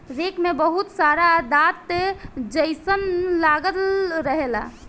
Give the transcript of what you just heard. rake में बहुत सारा दांत जइसन लागल रहेला